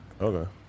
Okay